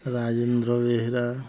Rajendra Behera